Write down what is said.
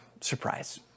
Surprise